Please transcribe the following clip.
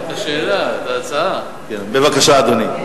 בבקשה, אדוני.